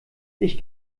ich